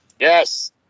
yes